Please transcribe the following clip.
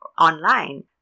online